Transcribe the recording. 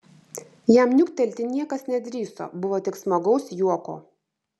jam niuktelti niekas nedrįso buvo tik smagaus juoko